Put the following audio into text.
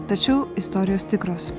tačiau istorijos tikros